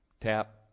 Tap